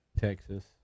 Texas